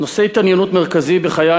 נושא התעניינות מרכזי בחיי